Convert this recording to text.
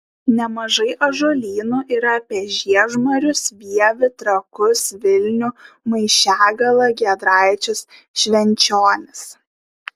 nemažai ąžuolynų yra apie žiežmarius vievį trakus vilnių maišiagalą giedraičius švenčionis